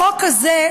החוק הזה,